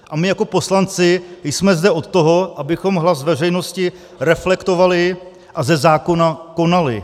A my jako poslanci jsme zde od toho, abychom hlas veřejnosti reflektovali a ze zákona konali.